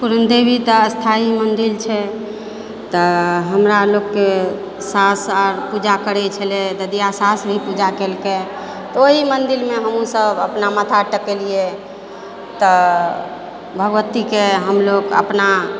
पुरनदेवी तऽ स्थायी मन्दिर छै तऽ हमरा लोकके सासु आर पूजा करै छलै ददिया सासु भी पूजा केलकै तऽ ओहि मन्दिरमे हमसब माथा टेकलिए तऽ भगवतीके हमलोक अपना